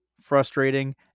frustrating